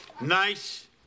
Nice